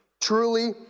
truly